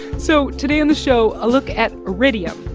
so today on the show, a look at iridium,